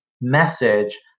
message